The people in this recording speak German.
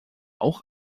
auch